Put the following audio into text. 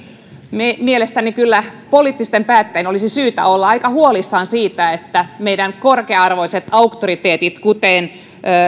mielestäni kyllä poliittisten päättäjien olisi syytä olla aika huolissaan siitä että meidän korkea arvoiset auktoriteettimme kuten